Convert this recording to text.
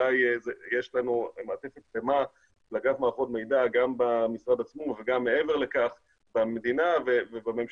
יש לנו אגף מערכות מידע גם במשרד עצמו וגם מעבר לכך במדינה ובממשלה,